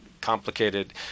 complicated